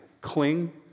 Cling